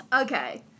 Okay